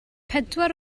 pedwar